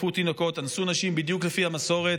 שרפו תינוקות ואנסו נשים בדיוק על פי המסורת,